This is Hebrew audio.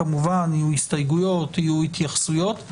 כמובן, יהיו הסתייגויות, יהיו התייחסויות.